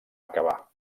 acabar